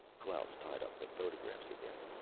klaus tied up the photographs again.